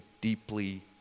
deeply